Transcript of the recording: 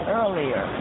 earlier